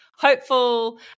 hopeful